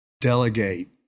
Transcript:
delegate